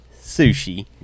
Sushi